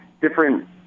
different